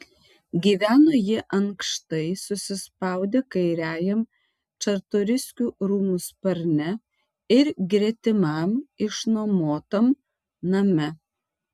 gyveno jie ankštai susispaudę kairiajam čartoriskių rūmų sparne ir gretimam išnuomotam name